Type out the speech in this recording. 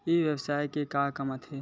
ई व्यवसाय का काम आथे?